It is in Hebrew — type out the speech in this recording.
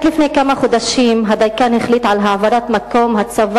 רק לפני כמה חודשים הדיקן החליט על העברת מקום הצבת